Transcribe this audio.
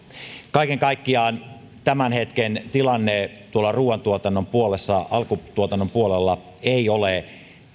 kaiken kaikkiaan tämän hetken tilanne ruoantuotannon puolella alkutuotannon puolella ei ole